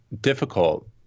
difficult